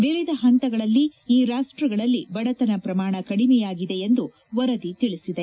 ವಿವಿಧ ಹಂತಗಳಲ್ಲಿ ಈ ರಾಷ್ಟಗಳಲ್ಲಿ ಬಡತನ ಪ್ರಮಾಣ ಕಡಿಮೆಯಾಗಿದೆ ಎಂದು ವರದಿ ತಿಳಿಸಿದೆ